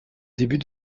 début